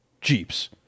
Jeeps